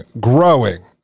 growing